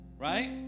Right